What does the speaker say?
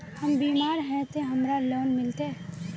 हम बीमार है ते हमरा लोन मिलते?